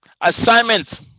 assignment